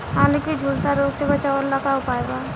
आलू के झुलसा रोग से बचाव ला का उपाय बा?